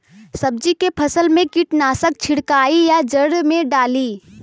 सब्जी के फसल मे कीटनाशक छिड़काई या जड़ मे डाली?